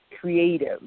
creative